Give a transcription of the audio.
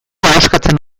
ahoskatzen